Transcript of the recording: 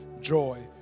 joy